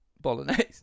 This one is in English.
bolognese